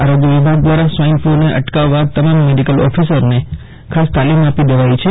આરોગ્ય વિભાગ દ્વારા સ્વાઈન ફ્લુને અટકાવવા તમામ મેડીકલ ઓફિસરને તાલીમ આપી દેવી છે